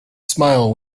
smile